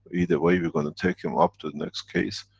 either way, we gonna take him up to the next case.